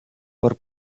por